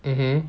mmhmm